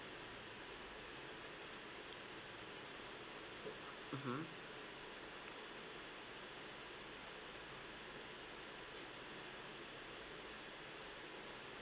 mmhmm